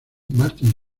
martin